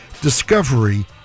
discovery